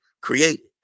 created